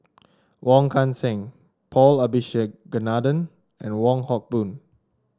Wong Kan Seng Paul Abisheganaden and Wong Hock Boon